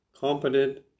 competent